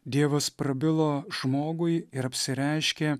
dievas prabilo žmogui ir apsireiškė